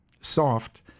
soft